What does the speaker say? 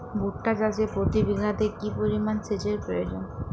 ভুট্টা চাষে প্রতি বিঘাতে কি পরিমান সেচের প্রয়োজন?